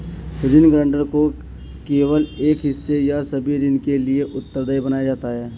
ऋण गारंटर को केवल एक हिस्से या सभी ऋण के लिए उत्तरदायी बनाया जाता है